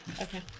Okay